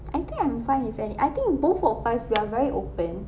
I think I'm fine with any I think both of us we are very open